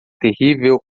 terrível